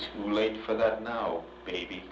the late for that now baby